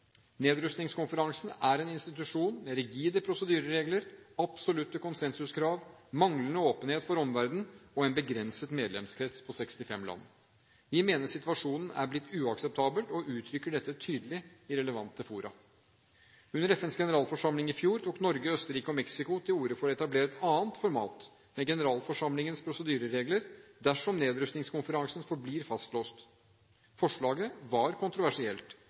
Nedrustningskonferansen er en institusjon med rigide prosedyreregler, absolutte konsensuskrav, manglende åpenhet for omverdenen og en begrenset medlemskrets på 65 land. Vi mener situasjonen er blitt uakseptabel og uttrykker dette tydelig i relevante fora. Under FNs generalforsamling i fjor tok Norge, Østerrike og Mexico til orde for å etablere et annet format, med generalforsamlingens prosedyreregler, dersom Nedrustningskonferansen forblir fastlåst. Forslaget var kontroversielt,